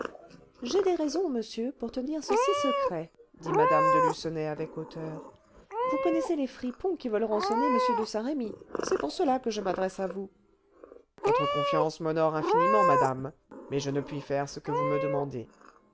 j'ai des raisons monsieur pour tenir ceci secret dit mme de lucenay avec hauteur vous connaissez les fripons qui veulent rançonner m de saint-remy c'est pour cela que je m'adresse à vous votre confiance m'honore infiniment madame mais je ne puis faire ce que vous me demandez